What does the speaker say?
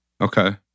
Okay